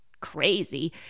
crazy